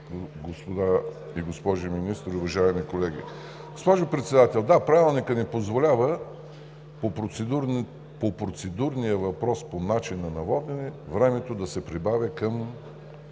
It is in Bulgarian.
господа и госпожи министри, уважаеми колеги! Госпожо Председател, да, Правилникът не позволява по процедурния въпрос – по начина на водене, времето да се прибавя към